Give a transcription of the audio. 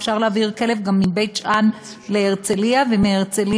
אפשר להעביר כלב גם מבית-שאן להרצליה ומהרצליה